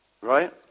Right